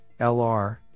lr